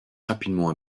rapidement